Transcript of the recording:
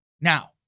now